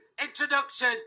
introduction